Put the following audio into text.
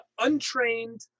untrained